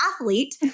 athlete